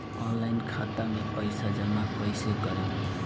Online खाता मे पईसा जमा कइसे करेम?